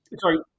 sorry